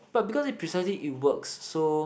but because it precisely it works so